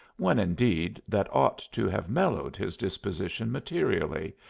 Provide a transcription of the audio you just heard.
one indeed that ought to have mellowed his disposition materially,